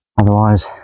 Otherwise